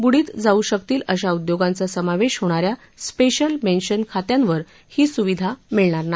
बुडीत जाऊ शकतील अशा उद्योगांचा समावेश होणाऱ्या स्पेशल मेन्शन खात्यांवर ही स्विधा मिळणार नाही